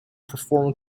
perform